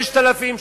5,000?